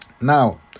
Now